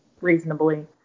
reasonably